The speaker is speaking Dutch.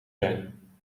zijn